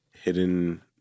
hidden